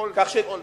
אוֹלמרט.